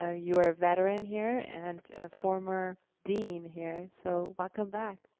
ah you are a veteran here and a former dean here, so welcome back,